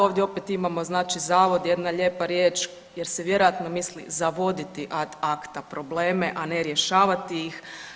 Ovdje opet imamo znači zavod, jedna lijepa riječ jer se vjerojatno misli zavoditi ad acta probleme, a ne rješavati ih.